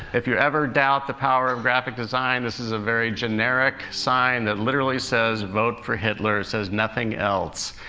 if you ever doubt the power of graphic design, this is a very generic sign that literally says, vote for hitler. it says nothing else.